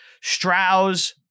Strauss